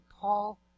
Paul